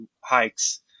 hikes